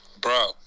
Bro